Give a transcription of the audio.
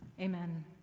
Amen